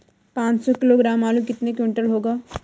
पाँच सौ किलोग्राम आलू कितने क्विंटल होगा?